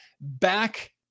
back